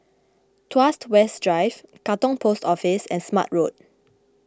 Tuas West Drive Katong Post Office and Smart Road